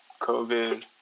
COVID